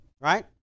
right